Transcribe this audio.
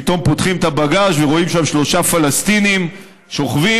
פתאום פותחים את הבגאז' ורואים שם שלושה פלסטינים שוכבים,